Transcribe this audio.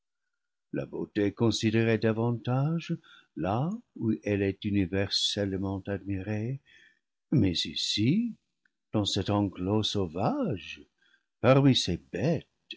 la beauté considérée davantage là où elle est universellement admirée mais ici dans cet enclos sau vage parmi ces bêtes